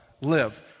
live